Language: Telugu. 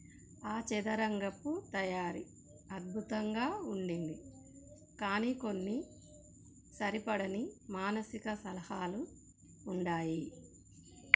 ఆ చదరంగపు తయారీ అద్భుతంగా ఉండింది కానీ కొన్ని సరిపడని మానసిక సలహాలు ఉండాయి